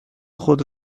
خود